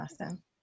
Awesome